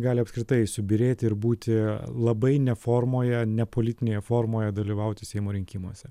gali apskritai subyrėti ir būti labai ne formoje nepolitinėje formoje dalyvauti seimo rinkimuose